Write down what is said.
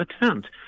attempt